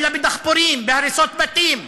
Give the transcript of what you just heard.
אלא בדחפורים, בהריסות בתים.